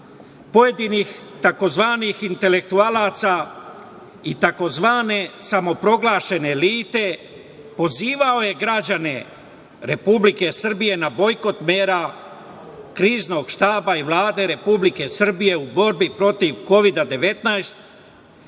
pojedinih tzv. intelektualaca i tzv. samoproglašene elite, pozivao je građane Republike Srbije na bojkot mera Kriznog štaba i Vlade Republike Srbije u borbi protiv Kovida